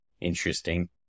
interesting